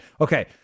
Okay